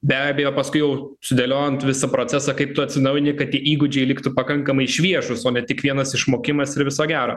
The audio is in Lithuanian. be abejo paskui jau sudėliojant visą procesą kaip tu atsinaujini kad tie įgūdžiai liktų pakankamai šviežūs o ne tik vienas išmokimas ir viso gero